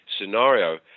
scenario